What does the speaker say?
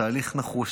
תהליך נחוש,